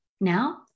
Now